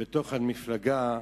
בתוך המפלגה.